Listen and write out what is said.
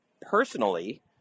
personally